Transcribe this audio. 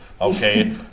okay